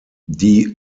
die